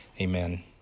Amen